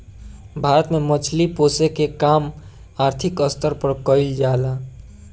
भारत में मछली पोसेके के काम आर्थिक स्तर पर कईल जा ला